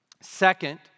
Second